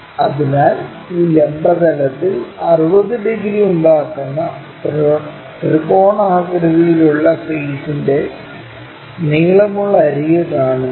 അതിനാൽ ഈ ലംബ തലത്തിൽ 60 ഡിഗ്രി ഉണ്ടാക്കുന്ന ത്രികോണാകൃതിയിലുള്ള ഫെയ്സ്ന്റെ നീളമുള്ള അരിക് കാണുമ്പോൾ